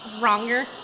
Wronger